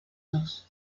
dos